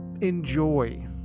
enjoy